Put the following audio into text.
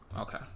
Okay